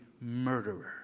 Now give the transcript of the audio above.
murderer